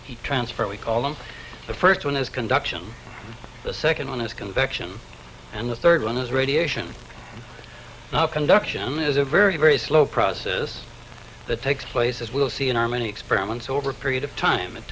heat transfer we call them the first one is conduction the second one is convection and the third one is radiation now conduction is a very very slow process that takes place as we will see in our many experiments over a period of time it